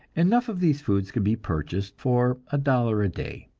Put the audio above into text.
enough of these foods can be purchased for a dollar a day,